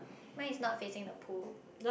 mine is not facing the pool